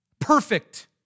perfect